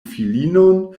filinon